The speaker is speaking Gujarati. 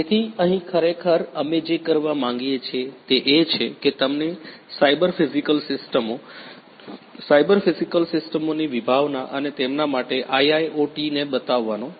તેથી અહીં ખરેખર અમે જે કરવા માગીએ છીએ તે એ છે કે તમને સાયબર ફિજિકલ સિસ્ટમો સાયબર ફિજિકલ સિસ્ટમોની વિભાવના અને તેમના માંટે IIoT ને બતાવવાનો છે